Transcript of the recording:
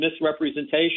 misrepresentation